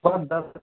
सुबह दस